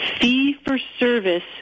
fee-for-service